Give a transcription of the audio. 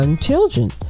children